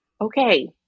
okay